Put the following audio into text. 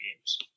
games